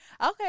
okay